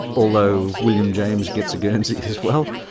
although william james gets a guernsey as well.